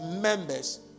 members